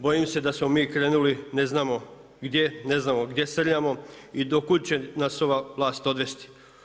Bojim se da smo mi krenuli, ne znamo gdje, ne znamo gdje srljamo i do kuda će nas ova vlast odvesti.